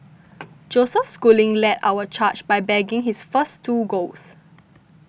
Joseph Schooling led our charge by bagging his first two golds